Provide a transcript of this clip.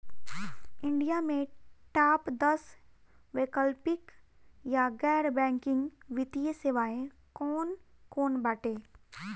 India में top दस वैकल्पिक या गैर बैंकिंग वित्तीय सेवाएं कौन कोन बाटे?